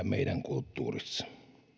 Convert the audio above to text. meidän kulttuurissa